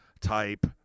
type